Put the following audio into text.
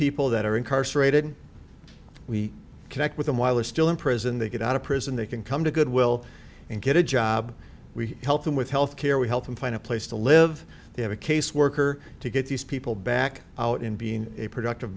people that are incarcerated we connect with them while they're still in prison they get out of prison they can come to goodwill and get a job we help them with health care we help them find a place to live they have a case worker to get these people back out in being a productive